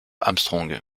armstrong